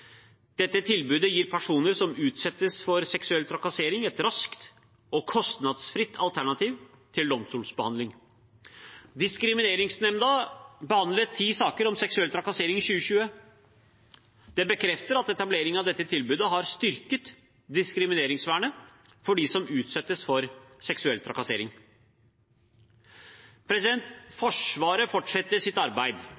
Dette tilbudet gir personer som utsettes for seksuell trakassering, et raskt og kostnadsfritt alternativ til domstolsbehandling. Diskrimineringsnemnda behandlet ti saker om seksuell trakassering i 2020. Det bekrefter at etableringen av dette tilbudet har styrket diskrimineringsvernet for dem som utsettes for seksuell trakassering.